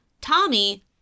Tommy